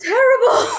Terrible